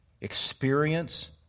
experience